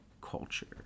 culture